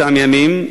באותם ימים,